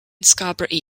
scarborough